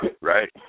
Right